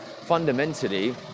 fundamentally